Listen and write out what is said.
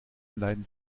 leiden